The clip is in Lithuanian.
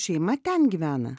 šeima ten gyvena